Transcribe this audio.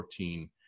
2014